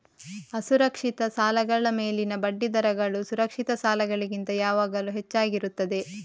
ಅಸುರಕ್ಷಿತ ಸಾಲಗಳ ಮೇಲಿನ ಬಡ್ಡಿ ದರಗಳು ಸುರಕ್ಷಿತ ಸಾಲಗಳಿಗಿಂತ ಯಾವಾಗಲೂ ಹೆಚ್ಚಾಗಿರುತ್ತದೆ